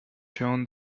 shown